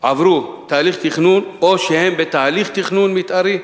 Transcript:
עברו תהליך תכנון או שהם בתהליך תכנון מיתארי.